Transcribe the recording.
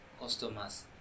customers